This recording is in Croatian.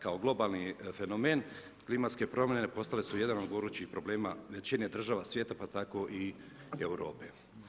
Kao globalni fenomen klimatske promjene postali su jedan od gorućih problema većina država svijeta, pa tako i Europe.